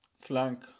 flank